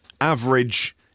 average